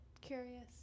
Curious